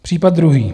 Případ druhý.